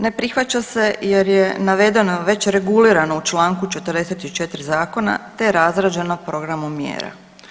Ne prihvaća se jer je navedeno već regulirano u Članku 44. zakona te razrađeno programom mjera.